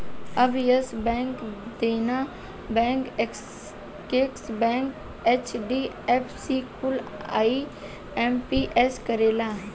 अब Yes Bank, Dena Bank, Axis Bank, HDFC कुल IMPS करेला